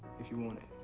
if you want